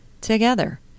together